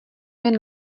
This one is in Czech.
jen